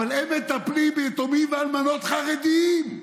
אבל הם מטפלים ביתומים ואלמנות חרדים.